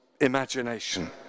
imagination